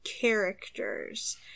characters